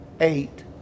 eight